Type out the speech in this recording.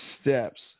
steps